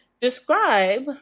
Describe